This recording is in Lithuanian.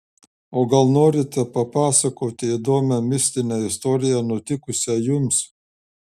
o gal norite papasakoti įdomią mistinę istoriją nutikusią jums